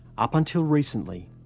up until recently,